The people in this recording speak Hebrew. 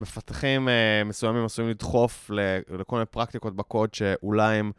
מפתחים מסוימים עשויים לדחוף לכל מיני פרקטיקות בקוד שאולי הם...